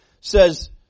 says